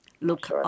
look